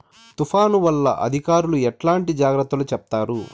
తుఫాను వల్ల అధికారులు ఎట్లాంటి జాగ్రత్తలు చెప్తారు?